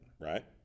right